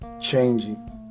changing